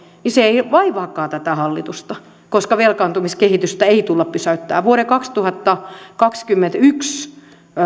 ei vaivaakaan tätä hallitusta koska velkaantumiskehitystä ei tulla pysäyttämään vuoden kaksituhattakaksikymmentäyksi